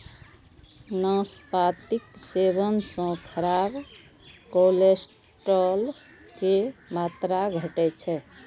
नाशपातीक सेवन सं खराब कोलेस्ट्रॉल के मात्रा घटै छै